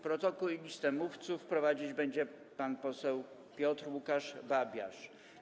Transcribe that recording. Protokół i listę mówców prowadzić będzie pan poseł Piotr Łukasz Babiarz.